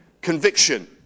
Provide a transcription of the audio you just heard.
conviction